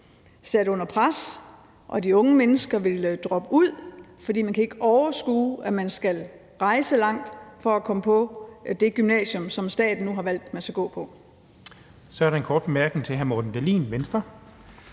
under pres, og de unge mennesker vil droppe ud, fordi man ikke kan overskue, at man skal rejse langt for at komme på det gymnasium, som staten nu har valgt man skal gå på. Kl. 12:12 Den fg. formand (Jens Henrik